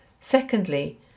Secondly